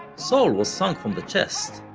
soul was sung from the chest,